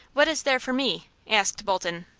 what is there for me? asked bolton.